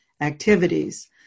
activities